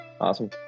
awesome